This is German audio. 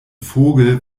vogel